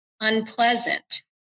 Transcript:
unpleasant